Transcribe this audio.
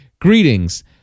greetings